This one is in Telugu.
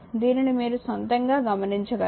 దీనిని మీరు సొంతంగా చేసి గమనించగలరు